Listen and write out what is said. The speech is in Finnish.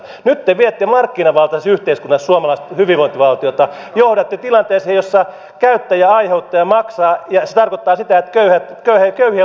nyt te viette markkinavaltaiseen yhteiskuntaan suomalaista hyvinvointivaltiota johdatte tilanteeseen jossa käyttäjä aiheuttaja maksaa ja se tarkoittaa sitä että köyhien lompakolla ei pysty maksamaan niitä palveluita tulevaisuudessa